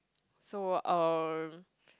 so um